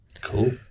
Cool